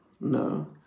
No